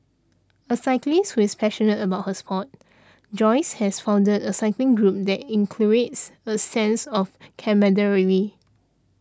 a cyclist who is passionate about her sport Joyce has founded a cycling group that inculcates a sense of camaraderie